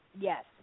Yes